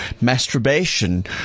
masturbation